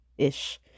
ish